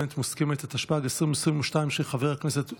התשפ"ג 2022, של חבר הכנסת בוסו,